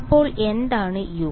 അപ്പോൾ എന്താണ് u